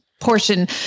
portion